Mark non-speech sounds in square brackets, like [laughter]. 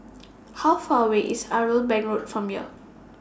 [noise] How Far away IS Irwell Bank Road from here